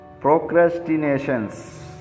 procrastinations